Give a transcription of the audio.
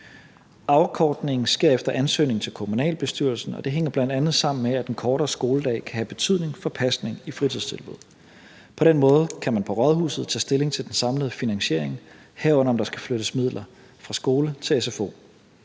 Afkortningen sker efter ansøgning til kommunalbestyrelsen, og det hænger bl.a. sammen med, at den kortere skoledag kan have betydning for pasning i fritidstilbuddene. På den måde kan man på rådhuset tage stilling til den samlede finansiering, herunder om der skal flyttes midler fra skole til sfo.